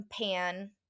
Pan